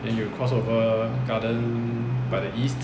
then you cross over garden by the east